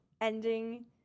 ending